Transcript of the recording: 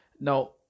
Now